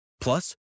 Plus